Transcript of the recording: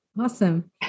Awesome